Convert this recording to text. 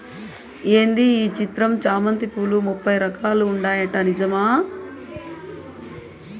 ఏంది ఈ చిత్రం చామంతి పూలు ముప్పై రకాలు ఉంటాయట నిజమా